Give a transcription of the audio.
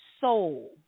soul